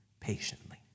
patiently